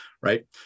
right